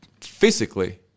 physically